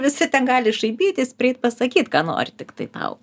visi ten gali šaipytis prieit pasakyt ką nori tiktai tau